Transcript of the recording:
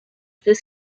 this